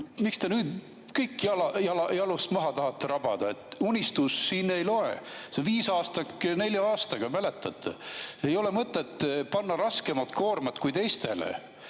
Miks te nüüd kõiki jalust maha tahate rabada? Unistus siin ei loe. See on viisaastak nelja aastaga, mäletate? Ei ole mõtet panna [meile] raskemat koormat kui teistele.